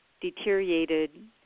deteriorated